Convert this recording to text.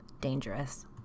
dangerous